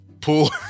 pool